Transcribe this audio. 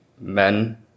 men